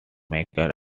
makers